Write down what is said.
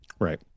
Right